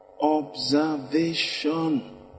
observation